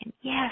yes